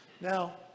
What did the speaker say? Now